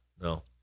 No